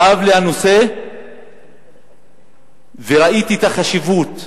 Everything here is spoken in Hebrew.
כאב לי הנושא וראיתי את החשיבות,